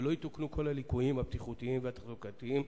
ולא יתוקנו כל הליקויים הבטיחותיים והתחזוקתיים,